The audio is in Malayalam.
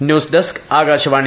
news desk Akashvani